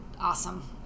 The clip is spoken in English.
awesome